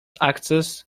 access